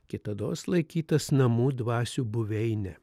kitados laikytas namų dvasių buveine